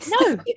No